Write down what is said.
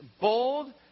bold